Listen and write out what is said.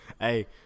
Hey